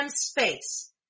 space